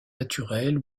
naturelle